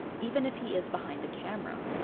even if he is behind the camera.